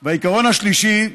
העיקרון השלישי: